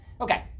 Okay